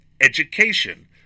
education